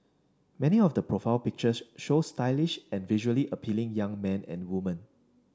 many of the profile pictures show stylish and visually appealing young men and woman